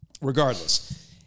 Regardless